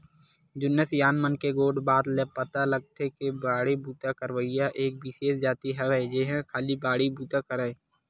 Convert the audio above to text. जुन्ना सियान मन के गोठ बात ले पता लगथे के बाड़ी बूता करइया एक बिसेस जाति होवय जेहा खाली बाड़ी बुता करय